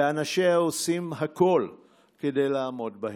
ואנשיה עושים הכול כדי לעמוד בהן.